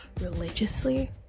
religiously